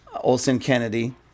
Olson-Kennedy